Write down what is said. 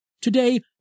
Today